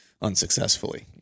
unsuccessfully